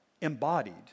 embodied